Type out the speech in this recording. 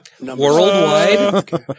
Worldwide